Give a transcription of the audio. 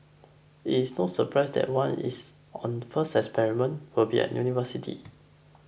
it is no surprise that one is on the first experiment will be at university